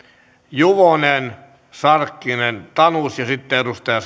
juvonen sarkkinen tanus ja sitten edustaja